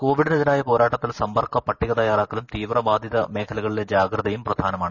കോവിഡിനെതിരായ പോരാട്ടത്തിൽ സമ്പർക്കപ്പട്ടിക തയ്യാറാക്കലും തീവ്രബാധിത മേഖലകളിലെ ജാഗ്രതയും പ്രധാനമാണ്